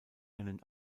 einen